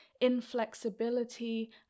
inflexibility